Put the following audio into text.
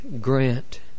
grant